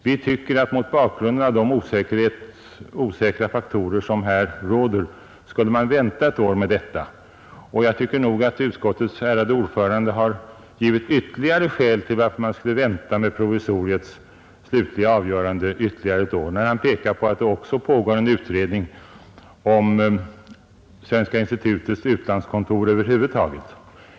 Vi tycker att man mot bakgrunden av de osäkra faktorer som här finns skulle vänta ett år med detta. Jag anser också att utskottets ärade ordförande givit ännu ett skäl till att man skulle vänta med det slutliga avgörandet ytterligare ett år när han pekar på att det också pågår en utredning om Svenska institutets utlandskontor över huvud taget.